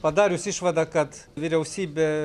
padarius išvadą kad vyriausybė